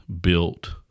built